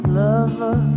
lover